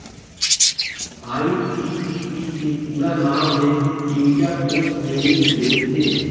IPPB के पूरा नांव हे इंडिया पोस्ट पेमेंट बेंक हे